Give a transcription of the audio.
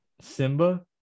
Simba